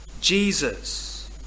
Jesus